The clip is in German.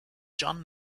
john